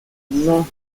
non